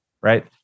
right